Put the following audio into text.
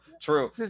true